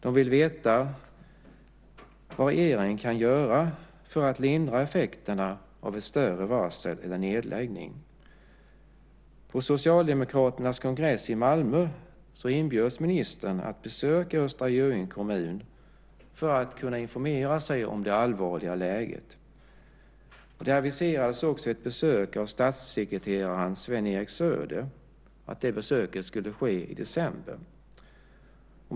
De vill veta vad regeringen kan göra för att lindra effekterna av ett större ras eller en nedläggning. På Socialdemokraternas kongress i Malmö inbjöds ministern att besöka Östra Göinge kommun för att kunna informera sig om det allvarliga läget. Det aviserades också att ett besök av statssekreteraren Sven-Eric Söder skulle ske i december.